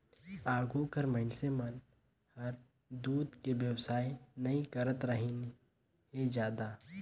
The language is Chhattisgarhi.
आघु कर मइनसे मन हर दूद के बेवसाय नई करतरहिन हें जादा